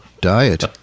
diet